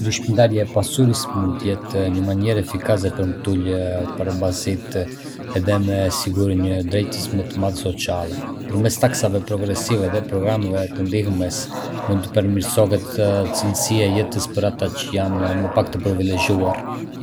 Rishpërndarja e pasurisë mund të jetë një mënyrë efikase për me ulë pabarazitë edhe me sigurue një drejtësi më të madhe sociale. Përmes taksave progresive edhe programeve të ndihmës, mund të përmirësohet cilësia e jetës për ata që janë më pak të privilegjuar.